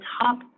top